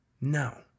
No